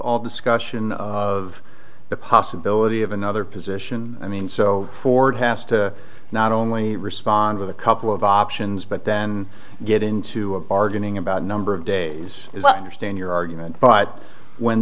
all discussion of the possibility of another position i mean so ford has to not only respond with a couple of options but then get into a bargaining about a number of days is understand your argument but when